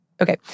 okay